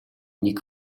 нэг